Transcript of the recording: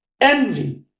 envy